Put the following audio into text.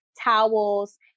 towels